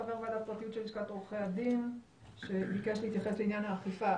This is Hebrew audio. חבר ועדת הפרטיות של לשכת עורכי הדין שביקש להתייחס לעניין האכיפה.